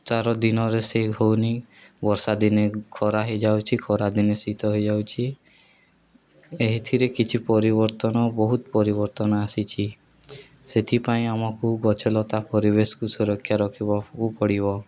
ତା'ର ଦିନରେ ସେହି ହେଉନି ବର୍ଷା ଦିନେ ଖରା ହେଇଯାଉଛି ଖରାଦିନେ ଶୀତ ହେଇଯାଉଛି ଏଥିରେ କିଛି ପରିବର୍ତ୍ତନ ବହୁତ ପରିବର୍ତ୍ତନ ଆସିଛି ସେଥିପାଇଁ ଆମକୁ ଗଛଲତା ପରିବେଶକୁ ସୁରକ୍ଷା ରଖିବାକୁ ପଡ଼ିବ